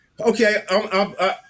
Okay